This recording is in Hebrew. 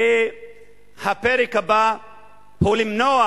שהפרק הבא הוא למנוע,